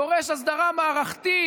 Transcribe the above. דורש הסדרה המערכתית,